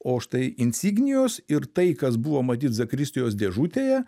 o štai insignijos ir tai kas buvo matyt zakristijos dėžutėje